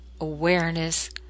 awareness